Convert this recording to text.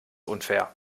unfair